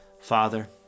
Father